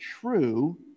true